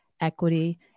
equity